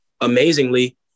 amazingly